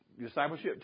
Discipleship